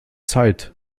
zeit